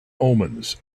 omens